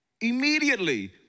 Immediately